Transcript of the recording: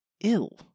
Ill